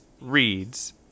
reads